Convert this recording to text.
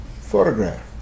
photograph